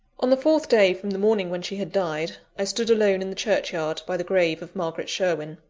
on the fourth day from the morning when she had died, i stood alone in the churchyard by the grave of margaret sherwin.